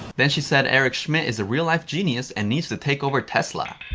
then, she said eric schmidt is a real-life genius and needs to take over tesla.